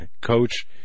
Coach